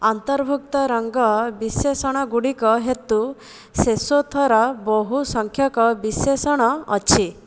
ଅନ୍ତର୍ଭୁକ୍ତ ରଙ୍ଗ ବିଶେଷଣଗୁଡ଼ିକ ହେତୁ ସେସୋଥୋର ବହୁ ସଂଖ୍ୟକ ବିଶେଷଣ ଅଛି